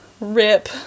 Rip